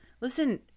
Listen